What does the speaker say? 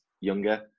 younger